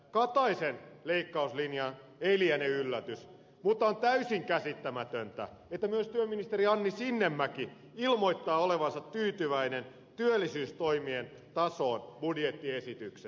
kataisen leikkauslinja ei liene yllätys mutta on täysin käsittämätöntä että myös työministeri anni sinnemäki ilmoittaa olevansa tyytyväinen työllisyystoimien tasoon budjettiesityksessä